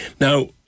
Now